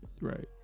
Right